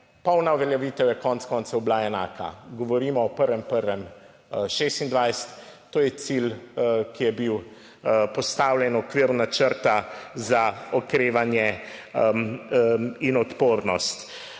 polna uveljavitev je konec koncev bila enaka govorimo o 1. 1. 2026 - to je cilj, ki je bil postavljen v okviru načrta za okrevanje in odpornost.